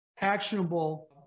actionable